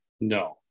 No